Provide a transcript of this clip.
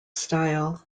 style